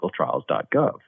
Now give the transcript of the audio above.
clinicaltrials.gov